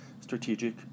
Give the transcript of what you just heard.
strategic